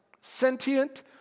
Sentient